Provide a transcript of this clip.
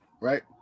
right